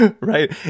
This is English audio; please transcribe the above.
Right